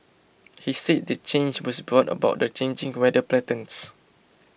he said the change was brought about the changing weather patterns